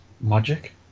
magic